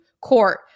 court